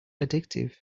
addictive